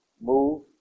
move